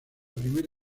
primera